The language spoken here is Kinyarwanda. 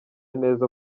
neza